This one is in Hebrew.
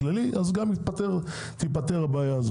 מרוב קומפלימנטים בסוף הם לא יפתרו לנו את הבעיה.